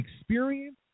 experience